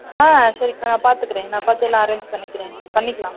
ஆ சரிக்கா நான் பார்த்துக்கறேன் நான் பார்த்து எல்லாம் அரேஞ்ச் பண்ணிக்கிறேன் பண்ணிக்கலாம்